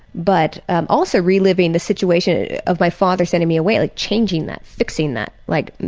but also reliving the situation of my father sending me away, like changing that, fixing that, like,